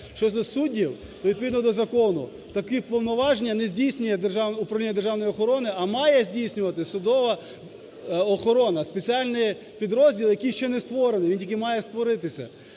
Щодо суддів, то відповідно до закону такі повноваження не здійснює Управління державної охорони, а має здійснювати судова охорона, спеціальний підрозділ, який ще не створений, він тільки має створитися.